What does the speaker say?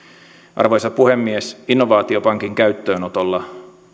arvoisa puhemies innovaatiopankin käyttöönotolla